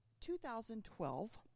2012